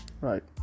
right